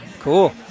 Cool